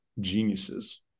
geniuses